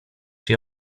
czy